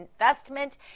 investment